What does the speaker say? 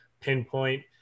pinpoint